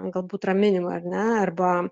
galbūt raminimui ar ne arba